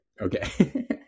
okay